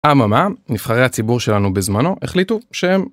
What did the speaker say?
אממה, נבחרי הציבור שלנו בזמנו החליטו שהם...